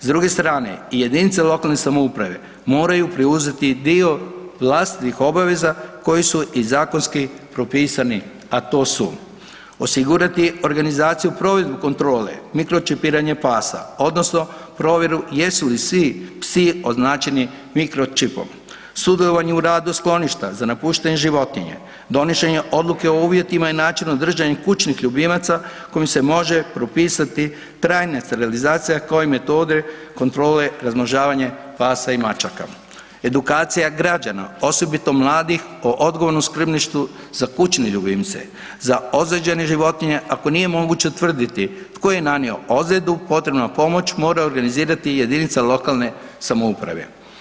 S druge strane, i jedinice lokalne samouprave moraju preuzeti dio vlastitih obaveza koji su i zakonski propisani a to su osigurati organizaciju provedbu kontrole, mikročipiranje pasa odnosno jesu li svi psi označeni mikročipom, sudjelovanje u radu skloništa za napuštene životinje, donošenje odluke o uvjetima i načinu držanja kućnih ljubimaca kojim se može propisati trajna sterilizacija kao i metode kontrole razmnožavanja pasa i mačaka, edukacija građana, osobito mladih o odgovornom skrbništvu za kućne ljubimce, za ozlijeđene životinje ako nije moguće utvrditi tko je nanio, potrebnu pomoć mora organizirati jedinica lokalne samouprave.